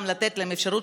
לתת להם אפשרות,